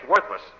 worthless